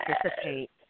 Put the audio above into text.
participate